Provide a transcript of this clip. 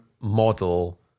model